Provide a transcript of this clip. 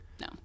No